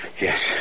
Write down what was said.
Yes